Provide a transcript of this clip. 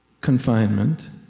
confinement